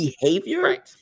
behavior